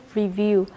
review